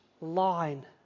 line